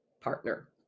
partner